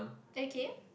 okay